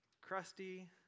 crusty